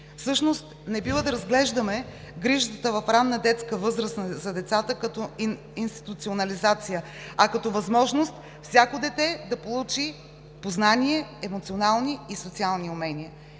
Всъщност не бива да разглеждаме грижата в ранна детска възраст за децата като институционализация, а като възможност всяко дете да получи познание, емоционални и социални умения.